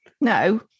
No